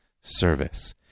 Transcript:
service